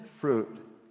fruit